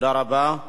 תודה רבה.